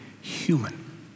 human